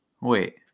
Wait